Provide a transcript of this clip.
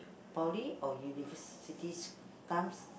poly or universities times